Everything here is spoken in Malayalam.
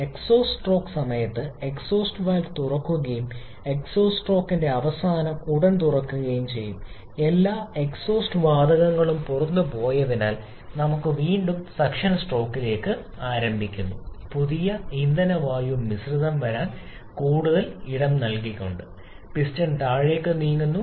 എക്സ്ഹോസ്റ്റ് സ്ട്രോക്ക് സമയത്ത് എക്സ്ഹോസ്റ്റ് വാൽവ് തുറക്കുകയും എക്സ്ഹോസ്റ്റ് സ്ട്രോക്കിന്റെ അവസാനം ഉടൻ തുറക്കുകയും ചെയ്യും എല്ലാ എക്സോസ്റ്റ് വാതകങ്ങളും പുറത്തുപോയതിനാൽ നമുക്ക് വീണ്ടും സക്ഷൻ സ്ട്രോക്ക് ആരംഭിക്കുന്നു പുതിയ ഇന്ധന വായു മിശ്രിതം വരാൻ കൂടുതൽ ഇടം നൽകിക്കൊണ്ട് പിസ്റ്റൺ താഴേക്ക് നീങ്ങുന്നു